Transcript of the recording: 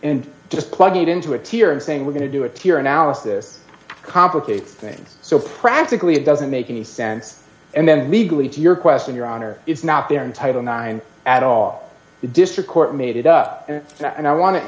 and just plug it into a tear and saying we're going to do it here analysis complicates things so practically it doesn't make any sense and then legally to your question your honor it's not there in title nine at all the district court made it up and i want to